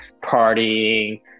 Partying